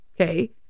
Okay